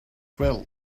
well